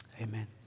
amen